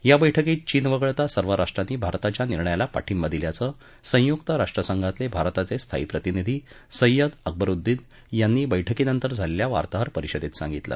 या बरुक्कीत चीन वगळता सर्व राष्ट्रांनी भारताच्या निर्णयाला पाठिंबा दिल्याचं संयुक्त राष्ट्रसंघातले भारताचे स्थायी प्रतिनिधी सय्यद अकबरुद्दीन यांनी बर्फ्कीनंतर झालेल्या वार्ताहर परिषदेत सांगितलं